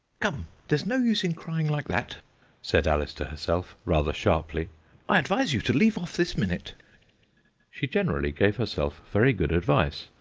come, there's no use in crying like that said alice to herself, rather sharply i advise you to leave off this minute she generally gave herself very good advice,